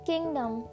kingdom